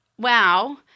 wow